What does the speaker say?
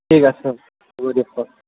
ঠিক আছে হ'ব দিয়ক অঁ